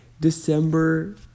December